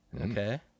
Okay